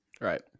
Right